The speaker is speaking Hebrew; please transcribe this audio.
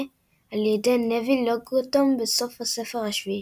על ידי נוויל לונגבוטום בסוף הספר השביעי.